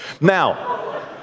Now